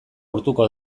urtuko